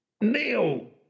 Neil